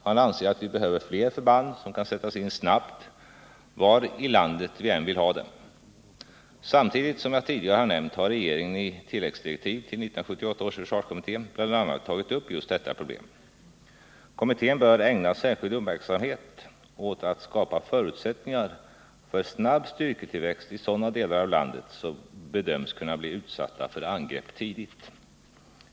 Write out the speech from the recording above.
Han anser att vi behöver fler förband som kan sättas in snabbt, var i landet vi än vill ha dem. Som jag tidigare har nämnt har regeringen i tilläggsdirektiv till 1978 års försvarskommitté bl.a. tagit upp just detta problem. Kommittén bör ägna särskild uppmärksamhet åt att skapa förutsättningar för snabb styrketillväxt i sådana delar av landet som bedöms kunna bli utsatta för angrepp tidigt.